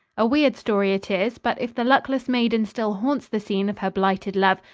a weird story it is, but if the luckless maiden still haunts the scene of her blighted love,